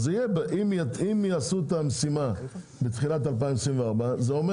אם יעשו את המשימה בתחילת 2024 -- במהלך 2023. -- זה אומר